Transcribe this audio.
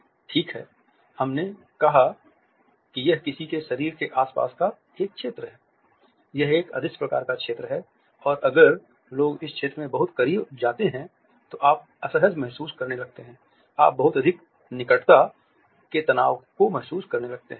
ठीक है हमने कहा कि यह किसी के शरीर के आस पास का एक क्षेत्र है यह एक अदृश्य प्रकार का क्षेत्र है और अगर लोग इस क्षेत्र में बहुत करीब जाते हैं तो आप असहज महसूस करने लगते हैं आप बहुत अधिक निकटता के तनाव को महसूस करने लगते हैं